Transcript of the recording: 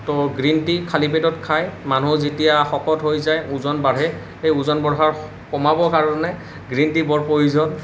তো green tea খালী পেটত খাই মানুহ যেতিয়া শকত হৈ যায় ওজন বাঢ়ে সেই ওজন বঢ়াৰ কমাব কাৰণে গ্ৰীণ টি বৰ প্ৰয়োজন